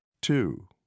Two